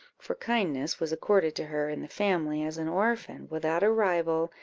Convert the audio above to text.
for kindness was accorded to her in the family, as an orphan, without a rival,